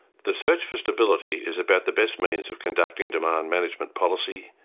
the search for stability is about the best means of conducting demand management policy,